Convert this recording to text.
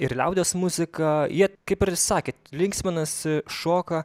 ir liaudies muziką jie kaip sakėt linksminasi šoka